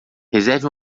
reserve